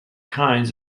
kinds